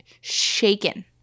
shaken